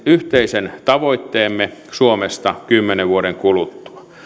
yhteisen tavoitteemme suomesta kymmenen vuoden kuluttua